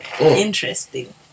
Interesting